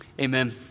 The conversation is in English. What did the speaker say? amen